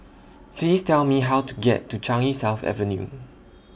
Please Tell Me How to get to Changi South Avenue